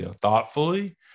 thoughtfully